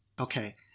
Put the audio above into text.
Okay